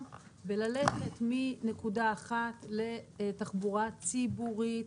וללכת מנקודה אחת לתחבורה ציבורית,